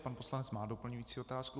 Pan poslanec má doplňující otázku.